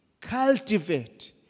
Cultivate